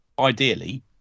ideally